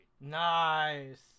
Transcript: Nice